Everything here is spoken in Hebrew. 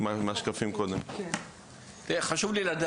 אני רוצה את